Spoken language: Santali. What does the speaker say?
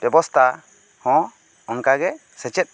ᱵᱮᱵᱚᱥᱛᱟ ᱦᱚᱸ ᱚᱱᱠᱟ ᱜᱮ ᱥᱮᱪᱮᱫ